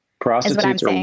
Prostitutes